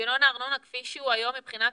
כפי שהוא היום מבחינת